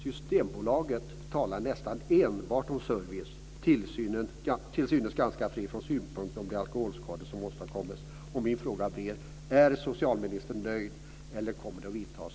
Systembolaget talar nästan enbart om service, till synes ganska fri från synpunkter om de alkoholskador som åstadkoms.